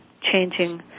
changing